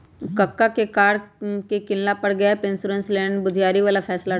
कक्का के कार के किनला पर गैप इंश्योरेंस लेनाइ बुधियारी बला फैसला रहइ